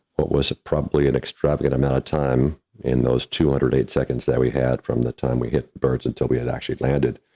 what was probably an extravagant amount of time in those two hundred and eight seconds that we had from the time we get birds until we had actually landed,